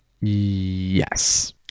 Yes